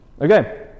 Okay